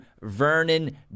Vernon